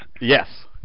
Yes